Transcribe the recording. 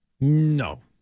No